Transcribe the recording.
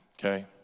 Okay